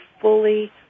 fully